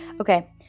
Okay